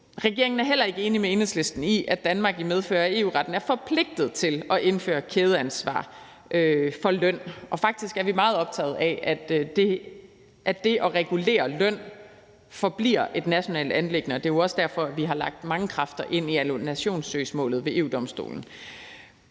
Regeringen er heller ikke enig med Enhedslisten i, at Danmark i medfør af EU-retten er forpligtet til at indføre kædeansvar for løn. Faktisk er vi meget optaget af, at det at regulere løn forbliver et nationalt anliggende. Det er jo også derfor, vi har lagt mange kræfter ind i annullationssøgsmålet ved EU-Domstolen.